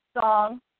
song